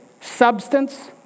Substance